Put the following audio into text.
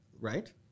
right